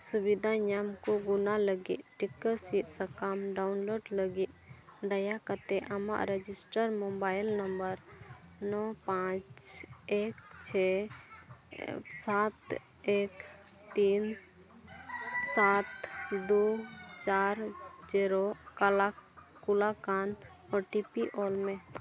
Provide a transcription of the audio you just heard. ᱥᱩᱵᱤᱫᱷᱟ ᱧᱟᱢ ᱠᱚ ᱜᱩᱱᱟ ᱞᱟᱹᱜᱤᱫ ᱴᱤᱠᱟᱹ ᱥᱤᱫᱽ ᱥᱟᱠᱟᱢ ᱰᱟᱣᱩᱱᱞᱳᱰ ᱞᱟᱹᱜᱤᱫ ᱫᱟᱭᱟ ᱠᱟᱛᱮᱫ ᱟᱢᱟᱜ ᱨᱮᱡᱤᱥᱴᱟᱨ ᱢᱳᱵᱟᱭᱤᱞ ᱱᱟᱢᱵᱢᱨ ᱱᱚ ᱯᱟᱸᱪ ᱮᱠ ᱪᱷᱮ ᱥᱟᱛ ᱮᱠ ᱛᱤᱱ ᱥᱟᱛ ᱫᱩ ᱪᱟᱨ ᱡᱤᱨᱳ ᱠᱟᱞᱟ ᱠᱩᱞᱟᱠᱟᱱ ᱳ ᱴᱤ ᱯᱤ ᱚᱞ ᱢᱮ